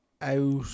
out